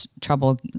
trouble